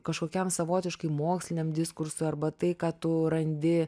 kažkokiam savotiškai moksliniam diskursui arba tai ką tu randi